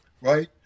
Right